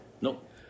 nope